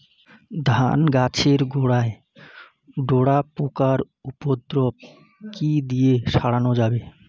ধান গাছের গোড়ায় ডোরা পোকার উপদ্রব কি দিয়ে সারানো যাবে?